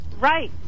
Right